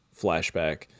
flashback